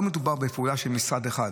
לא מדובר בפעולה של משרד אחד,